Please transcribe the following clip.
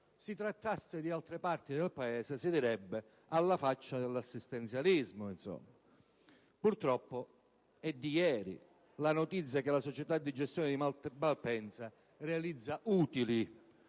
Si trattasse di altre parti del Paese, si parlerebbe di assistenzialismo. Purtroppo è di ieri la notizia che la società di gestione di Malpensa realizza utili.